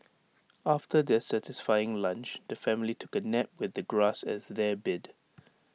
after their satisfying lunch the family took A nap with the grass as their bed